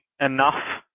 enough